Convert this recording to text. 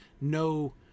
No